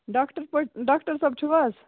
doctor doctor صٲب چھِو حَظ